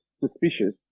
Suspicious